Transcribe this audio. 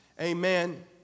Amen